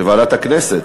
לוועדת הכנסת?